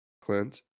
Clint